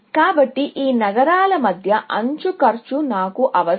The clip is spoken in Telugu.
కాబట్టి ఈ నగరాల మధ్య ఎడ్జ్ కాస్ట్ నాకు అవసరం